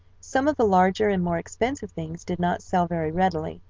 some of the larger and more expensive things did not sell very readily,